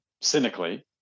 cynically